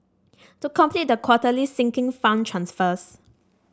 to complete the quarterly Sinking Fund transfers